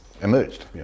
emerged